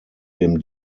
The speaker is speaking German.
dem